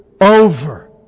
over